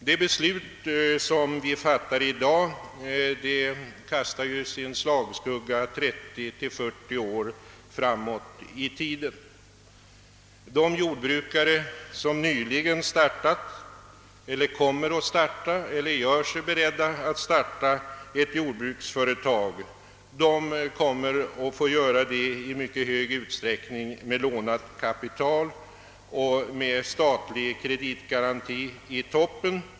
Det beslut vi skall fatta i dag kastar sin slagskugga 30—40 år framåt i tiden. De jordbrukare, som nyligen startat eller gör sig beredda att starta ett jordbruksföretag kommer att få göra det med i mycket stort utsträckning lånat kapital och med statlig kreditgaranti i toppen.